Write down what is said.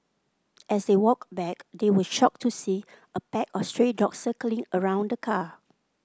as they walked back they were shocked to see a pack of stray dogs circling around the car